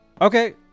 Okay